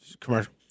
commercial